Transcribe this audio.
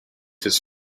his